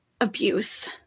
abuse